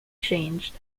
changed